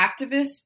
activists